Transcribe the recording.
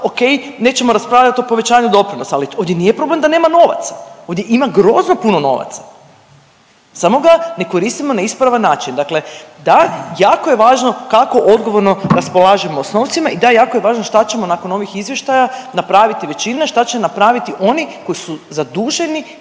ok nećemo raspravljati o povećanju doprinosa, ali ovdje nije problem da nema novaca. Ovdje ima grozno puno novaca samo ga ne koristimo na ispravan način, dakle da, jako je važno kako odgovorno raspolažemo s novcima i da, jako je važno šta ćemo nakon ovih izvještaja praviti, većine šta će napraviti oni koji su zaduženi